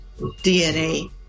DNA